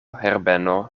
herbeno